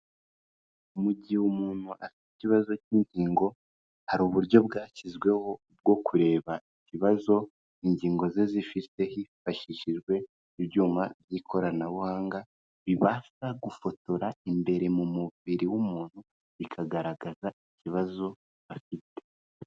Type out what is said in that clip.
Mu gihe umuntu afite ikibazo cy'ingingo, hari uburyo bwashyizweho bwo kureba ikibazo ingingo ze zifite, hifashishijwe ibyuma by'ikoranabuhanga, bibasha gufotora imbere mu mubiri w'umuntu, bikagaragaza ikibazo afite.